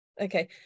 Okay